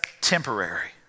temporary